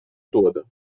toda